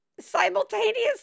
simultaneously